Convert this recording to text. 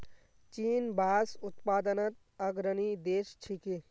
चीन बांस उत्पादनत अग्रणी देश छिके